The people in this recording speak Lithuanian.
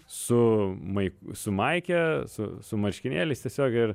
su mai su maike su su marškinėliais tiesiog ir